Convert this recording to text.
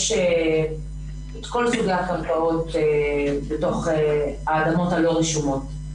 יש את כל סוגי הקרקעות בתוך האדמות הלא רשומות.